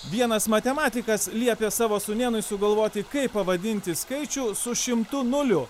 vienas matematikas liepė savo sūnėnui sugalvoti kaip pavadinti skaičių su šimtu nulių